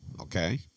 okay